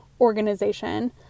organization